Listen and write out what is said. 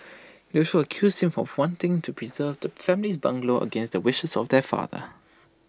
they also accused him for wanting to preserve the family's bungalow against the wishes of their father